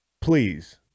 please